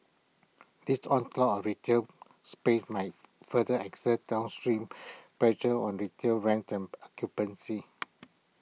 this onslaught of retail space might further exert down strain pressure on retail rents and occupancy